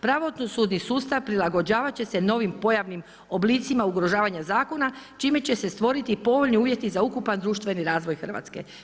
Pravosudni sustav prilagođavat će se novim pojavnim oblicima ugrožavanja zakona čime će se stvoriti povoljni uvjeti za ukupan društveni razvoj Hrvatske.